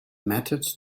mattered